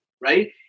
right